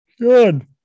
good